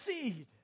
seed